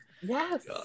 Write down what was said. Yes